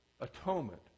atonement